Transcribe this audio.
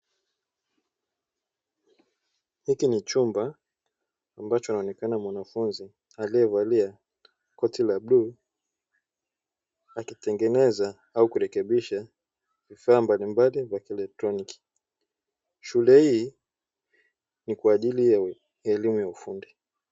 Hiki ni chumba ambacho anaonekana mwanafunzi aliyevalia koti la bluu, akitengeneza au kurekebisha vifaa mbalimbali vya kielektroniki, shule hii ni kwa ajili ya elimu ya ufundi.